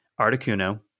Articuno